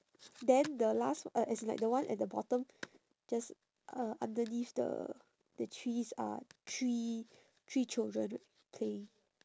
then the last uh as in like the one at the bottom just uh underneath the the trees uh three three children right playing